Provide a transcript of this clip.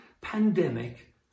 pandemic